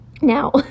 now